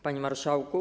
Panie Marszałku!